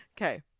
Okay